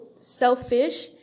selfish